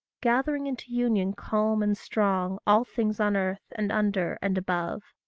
gathering into union calm and strong all things on earth, and under, and above.